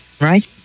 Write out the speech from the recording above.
right